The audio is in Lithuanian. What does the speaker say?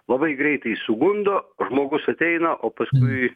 labai greitai sugundo žmogus ateina o paskui